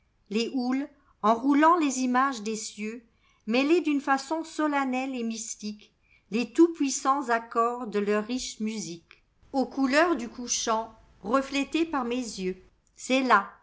les houles en roulant les images des cieux mêlaient d'une façon solennelle et mystiqueles tout-puissants accords de leur riche musiqueaux couleurs du couchant reflété par mes yeux c'est là